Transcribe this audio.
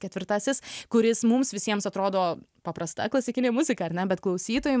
ketvirtasis kuris mums visiems atrodo paprasta klasikinė muzika ar ne bet klausytojui